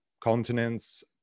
continents